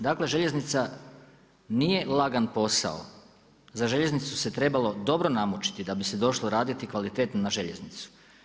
Dakle željeznica nije lagan posao, za željeznicu se trebalo dobro namučiti i da bi se došlo raditi kvalitetno na željeznicu.